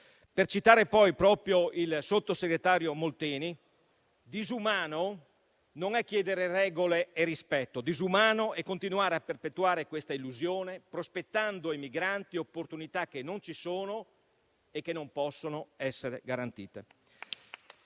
Per citare proprio il sottosegretario Molteni, disumano non è chiedere regole e rispetto; disumano è continuare a perpetuare questa illusione, prospettando ai migranti opportunità che non ci sono e che non possono essere garantite.